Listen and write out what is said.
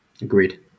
agreed